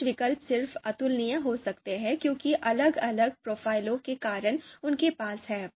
कुछ विकल्प सिर्फ अतुलनीय हो सकते हैं क्योंकि अलग अलग प्रोफाइलों के कारण उनके पास है